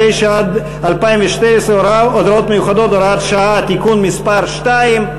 עד 2012 (הוראות מיוחדות) (הוראת שעה) (תיקון מס' 2),